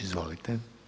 Izvolite.